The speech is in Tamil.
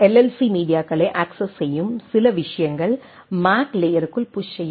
சி மீடியாக்களை அக்சஸ் செய்யும் சில விஷயங்கள் மேக் லேயருக்குள் புஷ் செய்யப்படுகின்றன